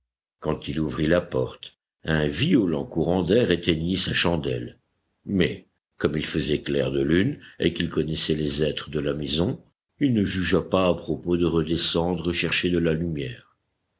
quand il ouvrit la porte un violent courant d'air éteignit sa chandelle mais comme il faisait clair de lune et qu'il connaissait les êtres de la maison il ne jugea pas à propos de redescendre chercher de la lumière